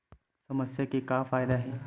समस्या के का फ़ायदा हे?